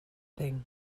thing